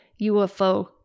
UFO